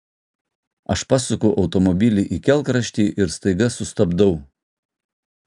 aš pasuku automobilį į kelkraštį ir staiga sustabdau